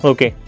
Okay